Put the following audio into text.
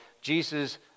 Jesus